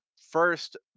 first